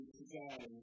today